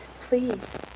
please